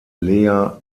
lea